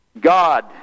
God